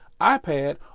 iPad